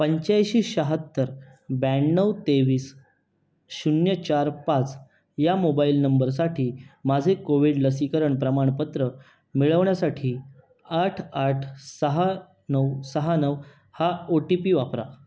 पंच्याऐंशी शहात्तर ब्याण्णव तेवीस शून्य चार पाच या मोबाईल नंबरसाठी माझे कोविड लसीकरण प्रमाणपत्र मिळवण्यासाठी आठ आठ सहा नऊ सहा नऊ हा ओ टी पी वापरा